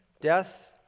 Death